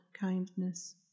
kindness